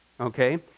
Okay